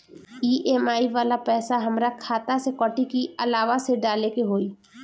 EMI वाला पैसा हाम्रा खाता से कटी की अलावा से डाले के होई?